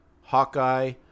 Hawkeye